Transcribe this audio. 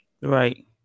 Right